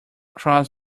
cross